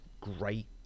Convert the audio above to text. great